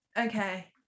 Okay